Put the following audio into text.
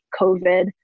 covid